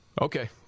Okay